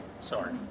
sorry